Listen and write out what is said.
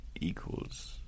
equals